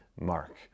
Mark